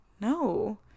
no